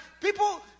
People